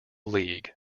league